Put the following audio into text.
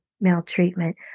maltreatment